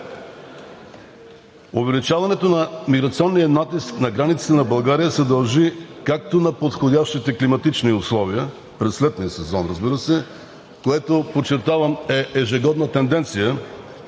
Увеличаването на миграционния натиск на границата на България се дължи както на подходящите климатични условия през летния сезон, разбира се, което, подчертавам, е ежегодна тенденция,